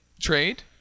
trade